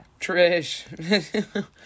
Trish